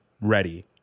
ready